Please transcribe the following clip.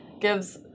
gives